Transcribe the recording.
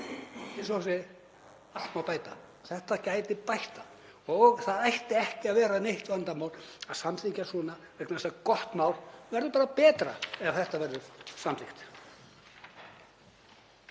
segir: Allt má bæta. Þetta gæti bætt það og það ætti ekki að vera neitt vandamál að samþykkja svona vegna þess að gott mál verður bara betra ef þetta verður samþykkt.